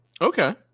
Okay